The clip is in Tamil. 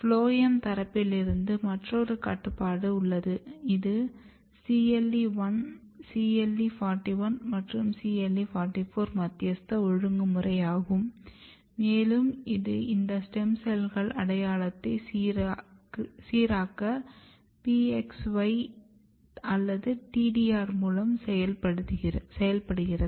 ஃபுளோயம் தரப்பிலிருந்து மற்றொரு கட்டுப்பாடு உள்ளது இது CLE1 CLE41 மற்றும் CLE44 மத்தியஸ்த ஒழுங்குமுறை ஆகும் மேலும் இது இந்த ஸ்டெம் செல்கள் அடையாளத்தை சீராக்க PXY TDR மூலம் செயல்படுகிறது